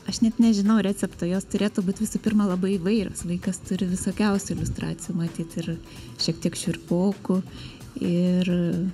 aš net nežinau recepto jos turėtų būt visų pirma labai įvairios vaikas turi visokiausių iliustracijų matyt ir šiek tiek šiurpokų ir